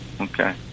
okay